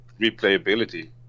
replayability